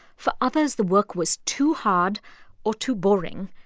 for others, the work was too hard or too boring.